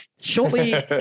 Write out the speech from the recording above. Shortly